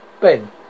Ben